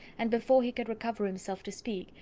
and before he could recover himself to speak,